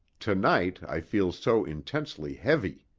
to-night i feel so intensely heavy.